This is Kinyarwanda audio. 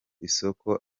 isoko